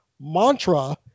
mantra